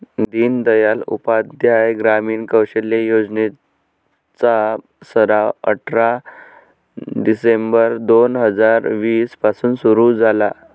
दीनदयाल उपाध्याय ग्रामीण कौशल्य योजने चा सराव अठरा डिसेंबर दोन हजार वीस पासून सुरू झाला